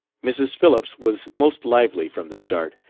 mrs. phillips was most lively from the start.